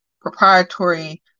proprietary